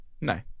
No